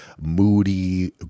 moody